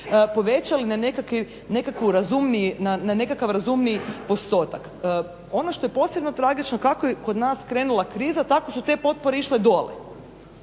povećali na nekakav razumniji postotak. Ono što je posebno tragično kako je kod nas krenula kriza tako su te potpore išle dolje,